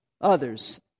others